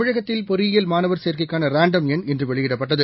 தமிழகத்தில் பொறியியல் மாணவர் சேர்க்கைக்கான ரேண்டம் எண் இன்று வெளியிடப்பட்டது